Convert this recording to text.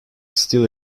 still